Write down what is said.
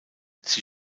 sie